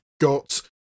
got